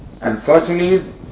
Unfortunately